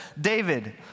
David